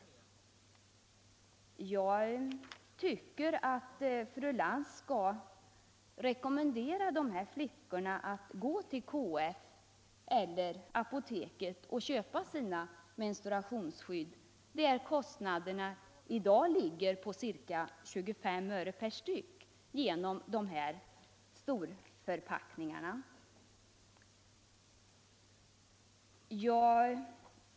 Jag tycker att fru Lantz skall rekommendera de här flickorna att gå till KF eller apoteket och köpa sina menstruationsskydd. Där ligger kostnaderna i dag på ca 25 öre per styck i storförpackningar.